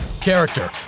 character